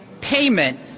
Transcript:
payment